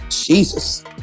Jesus